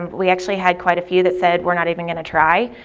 we actually had quite a few that said we're not even going to try,